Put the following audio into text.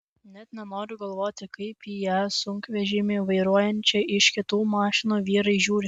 net nenoriu galvoti kaip į ją sunkvežimį vairuojančią iš kitų mašinų vyrai žiūri